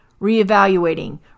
reevaluating